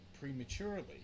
prematurely